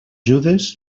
judes